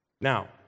Now